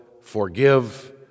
forgive